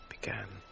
began